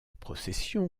procession